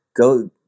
go